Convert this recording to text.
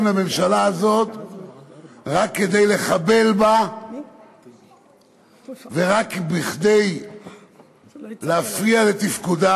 רק כדי לחבל בה ורק כדי להפריע לתפקודה.